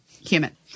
human